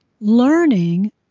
learning